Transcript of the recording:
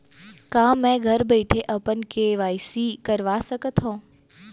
का मैं घर बइठे अपन के.वाई.सी करवा सकत हव?